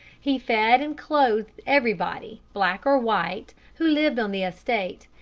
he fed and clothed everybody, black or white, who lived on the estate,